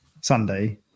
Sunday